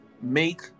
make